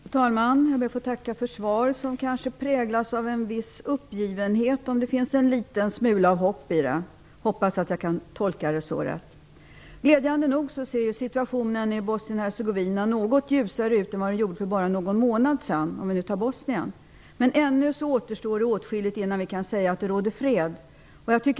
Fru talman! Jag ber att få tacka för svaret som kanske präglas av en viss uppgivenhet och en smula hopp. Jag hoppas att jag kan tolka svaret så. Glädjande nog ser situationen i Bosnien Hercegovina något ljusare ut än vad den gjorde för bara någon månad sedan, åtminstone i Bosnien. Men ännu återstår åtskilligt innan vi kan säga att det råder fred.